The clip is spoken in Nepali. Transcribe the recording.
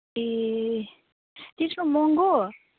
ए त्यस्तो महँगो